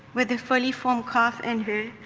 with a fully formed calf in her,